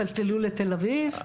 צלצלו לתל אביב,